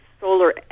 solar